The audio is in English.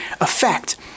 effect